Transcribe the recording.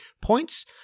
points